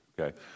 okay